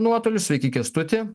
nuotoliu sveiki kęstuti